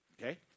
Okay